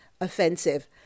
offensive